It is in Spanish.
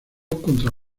contra